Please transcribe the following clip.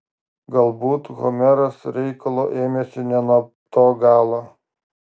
galbūt homeras reikalo ėmėsi ne nuo to galo